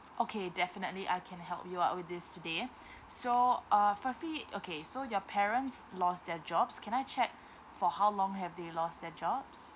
okay definitely I can help you out with this today so uh firstly okay so your parents lost their jobs can I check for how long have they lost their jobs